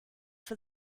for